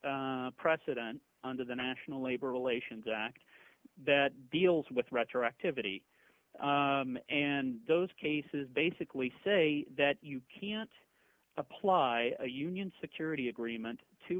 established precedent under the national labor relations act that deals with retroactivity and those cases basically say that you can't apply a union security agreement to